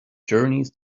journeys